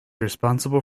responsible